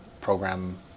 program